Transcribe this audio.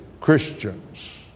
Christians